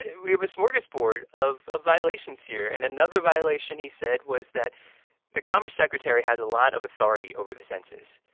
we have a smorgasbord of ah violations here. and another violation he said was that the commerce secretary has a lot of authority over the census.